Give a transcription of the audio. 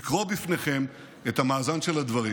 לקרוא בפניכם את המאזן של הדברים,